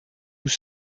nous